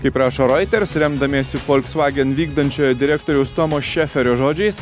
kaip rašo reuters remdamiesi volkswagen vykdančiojo direktoriaus tomo šeferio žodžiais